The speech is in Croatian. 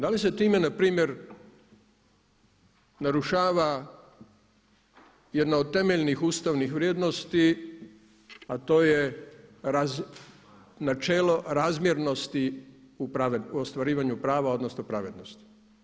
Da li se time npr. narušava jedna od temeljnih ustavnih vrijednosti, a to je načelo razmjernosti u ostvarivanju prava odnosno pravednosti.